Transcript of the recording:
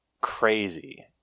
crazy